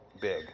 big